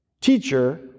Teacher